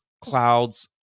clouds